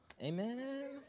amen